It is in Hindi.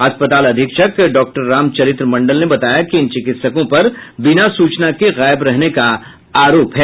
अस्पताल अधीक्षक डॉ रामचरित्र मंडल ने बताया कि इन चिकित्सकों पर बिना सूचना के गायब रहने का आरोप है